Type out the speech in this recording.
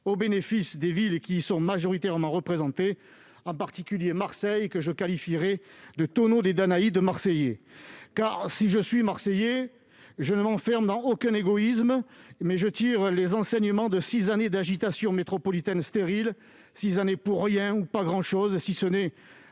au bénéfice des villes qui y sont majoritairement représentées, notamment Marseille que je qualifierai de tonneau des Danaïdes. Car, si je suis Marseillais, je ne m'enferme dans aucun égoïsme et je tire les enseignements de six années d'agitation métropolitaine stérile qui n'ont servi à rien ou à pas grand-chose, si ce n'est